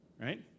right